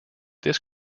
this